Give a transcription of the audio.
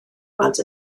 weld